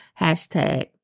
hashtag